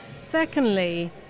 Secondly